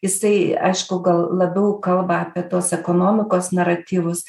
jisai aišku gal labiau kalba apie tuos ekonomikos naratyvus